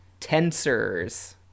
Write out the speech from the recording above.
tensors